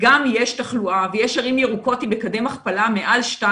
גם יש תחלואה ויש ערים ירוקות עם מקדם הכפלה מעל 2,